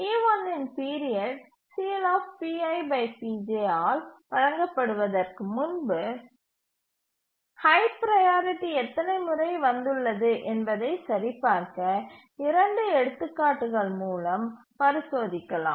e1இன் period ஆல் வழங்கப்படுவதற்கு முன்பு ஹை ப்ரையாரிட்டி எத்தனை முறை வந்துள்ளது என்பதை சரிபார்க்க இரண்டு எடுத்துக்காட்டுகள் மூலம் பரிசோதிக்கலாம்